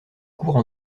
cours